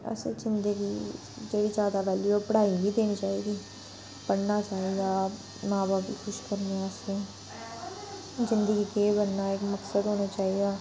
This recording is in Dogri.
असें जींदे जी जेह्ड़ी ज्यादा वैल्यू ओह् पढ़ाई गी देनी चाहिदी पढ़ना चाहिदा मां बब्ब गी खुश करने आस्तै जिंदगी च केह् करना ऐ इक मकसद होना चाहिदा